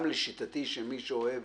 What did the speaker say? גם לשיטתי, של מי שאוהב